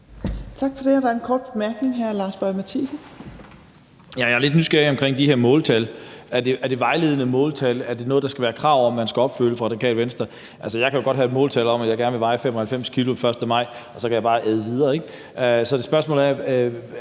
Jeg er jo lidt nysgerrig omkring de her måltal. Er det vejledende måltal? Er det noget, der skal være et krav om at man skal opfylde for Det Radikale Venstre? Altså, jeg kan jo godt have et måltal om, at jeg gerne vil veje 95 kg den 1. maj, og så kan jeg bare æde videre, ikke? Så spørgsmålet